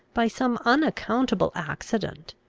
by some unaccountable accident,